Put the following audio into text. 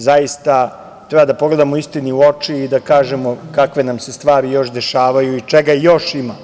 Zaista, treba da pogledamo istini u oči i da kažemo kakve nam se stvari još dešavaju i čega još ima.